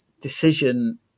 decision